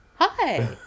Hi